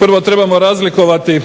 prvo trebamo razlikovati